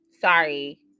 Sorry